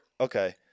okay